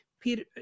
Peter